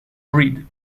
breed